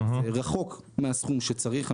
שזה רחוק מהסכום שצריך.